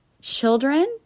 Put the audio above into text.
children